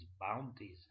bounties